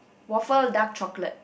waffle dark chocolate